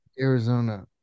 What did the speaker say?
Arizona